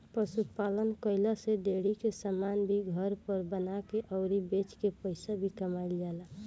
पशु पालन कईला से डेरी के समान भी घर पर बना के अउरी बेच के पईसा भी कमाईल जाला